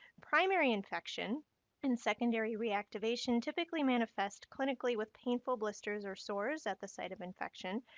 primary infection and secondary reactivation typically manifest clinically with painful blisters or sores at the site of infection.